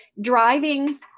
driving